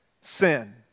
sin